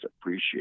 appreciate